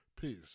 Peace